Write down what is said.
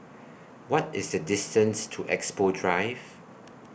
What IS The distance to Expo Drive